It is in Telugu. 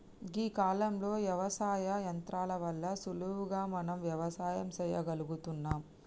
గీ కాలంలో యవసాయంలో యంత్రాల వల్ల సులువుగా మనం వ్యవసాయం సెయ్యగలుగుతున్నం